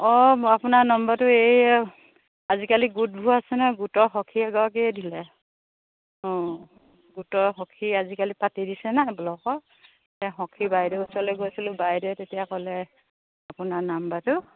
অঁ মই আপোনাৰ নাম্বাৰটো এই আজিকালি গোটবোৰ আছে নহয় গোটৰ সখী এগৰাকীয়ে দিলে অঁ গোটৰ সখী আজিকালি পাতি দিছে নাই ব্লকত সখী বাইদেউ ওচৰলৈ গৈছিলোঁ বাইদেউৱে তেতিয়া ক'লে আপোনাৰ নাম্বাৰটো